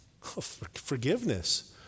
Forgiveness